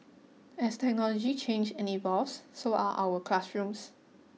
as technology change and evolves so are our classrooms